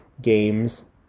games